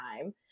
time